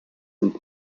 and